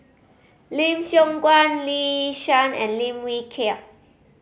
Lim Siong Guan Lee Yi Shyan and Lim Wee Kiak